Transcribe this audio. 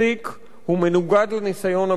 הוא מנוגד לניסיון הבין-לאומי.